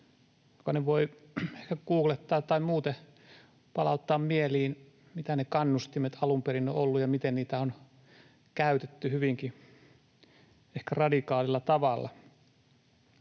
Jokainen voi ehkä googlettaa tai muuten palauttaa mieliin, mitä ne kannustimet alun perin ovat olleet ja miten niitä on käytetty ehkä hyvinkin radikaalilla tavalla.